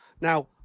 Now